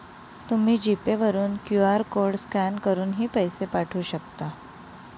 तुम्ही G Pay वरून QR code scan करूनही पैसे पाठवू शकता